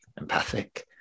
empathic